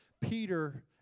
Peter